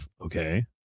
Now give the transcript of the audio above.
okay